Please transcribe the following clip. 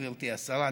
גברתי השרה,